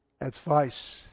advice